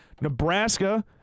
Nebraska